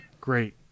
Great